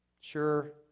Sure